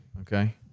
Okay